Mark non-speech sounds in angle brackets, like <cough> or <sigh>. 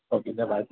okay ഞാൻ <unintelligible>